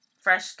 Fresh